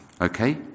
Okay